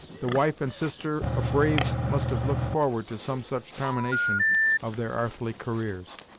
the wife and sister of braves must have looked forward to some such tarmination of their arthly careers.